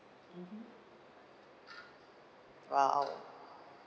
mmhmm !wow!